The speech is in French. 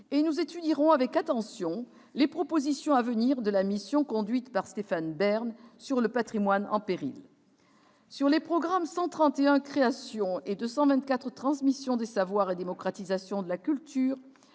et nous étudierons avec attention les propositions à venir de la mission conduite par Stéphane Bern sur le patrimoine en péril. Sur les programmes 131, « Création », et 224, « Transmission des savoirs et démocratisation de la culture